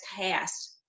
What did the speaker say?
passed